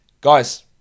Guys